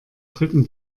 dritten